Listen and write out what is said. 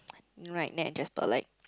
you know right Nat and Jasper like